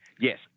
Yes